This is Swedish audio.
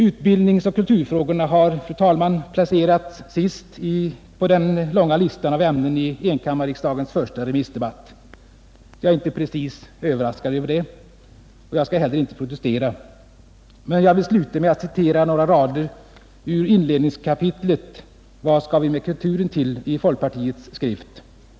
Utbildningsoch kulturfrågorna har, fru talman, placerats sist på den långa listan av ämnen i enkammarriksdagens första remissdebatt. Jag är inte precis överraskad över det, och jag skall inte heller protestera. Jag vill emellertid sluta med att citera några rader ur inledningsavsnittet ”Vad skall vi med kulturen till?” i folkpartiets skrift.